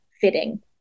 fitting